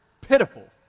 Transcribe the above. pitiful